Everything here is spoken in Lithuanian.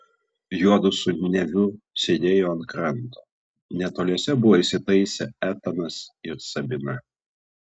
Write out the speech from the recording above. juodu su neviu sėdėjo ant kranto netoliese buvo įsitaisę etanas ir sabina